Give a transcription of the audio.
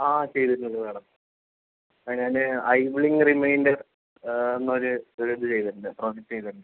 ആ ചെയ്തിട്ടുണ്ട് മേഡം അതു ഞാൻ ഐ ബുള്ളിങ്ങ് റിമൈൻഡർ എന്നൊരു ഇത് ചെയ്തിട്ടുണ്ട് പ്രൊജക്റ്റ് ചെയ്തിട്ടുണ്ട്